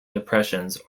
depressions